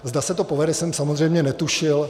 Zda se to povede, jsem samozřejmě netušil.